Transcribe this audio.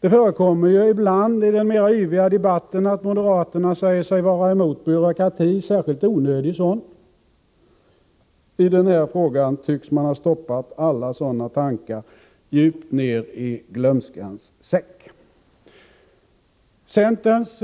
Det förekommer ibland i den mera yviga debatten att moderaterna säger sig vara emot byråkrati, särskilt onödig sådan. I den här frågan tycks man ha stoppat alla sådana tankar djupt ned i glömskans säck. Centerns